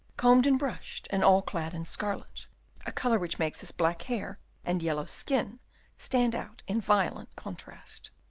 combed and brushed, and all clad in scarlet a colour which makes his black hair and yellow skin stand out in violent contrast.